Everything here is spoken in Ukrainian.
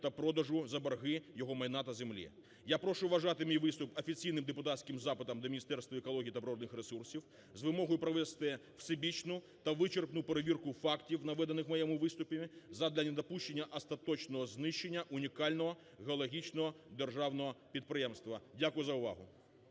та продажу за борги його майна, та землі. Я прошу вважати мій виступ офіційним депутатським запитом до Міністерства екології та природних ресурсів з вимогою провести всебічну та вичерпну перевірку фактів, наведених у моєму виступі, задля недопущення остаточного знищення унікального геологічного державного підприємства. Дякую за увагу.